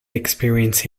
experience